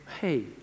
hey